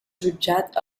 jutjat